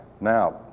Now